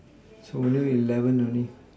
so only eleven only